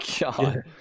god